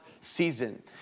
season